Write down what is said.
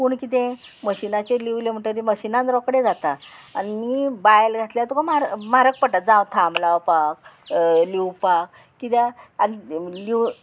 पूण कितें मशिनाचेर लिवलें म्हणटगीर मशिनान रोकडें जाता आनी बायल घातल्यार तुका म्हार म्हारग पडटा जावं थाम लावपाक लिवपाक कित्याक आनी